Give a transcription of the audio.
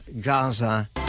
Gaza